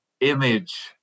image